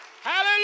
Hallelujah